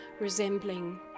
resembling